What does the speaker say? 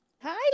Hi